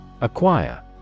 Acquire